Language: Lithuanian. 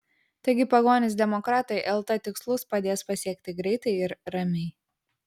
taigi pagonys demokratai lt tikslus padės pasiekti greitai ir ramiai